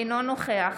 אינו נוכח